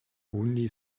only